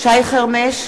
שי חרמש,